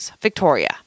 Victoria